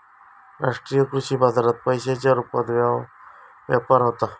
राष्ट्रीय कृषी बाजारात पैशांच्या रुपात व्यापार होता